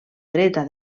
dreta